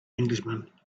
englishman